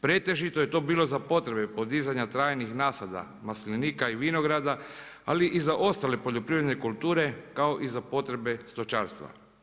Pretežito je to bilo za potrebe podizanja trajnih nasada maslinika i vinograda ali i za ostale poljoprivredne kulture kao i za potrebe stočarstva.